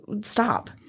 stop